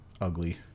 ugly